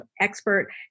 expert